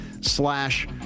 Slash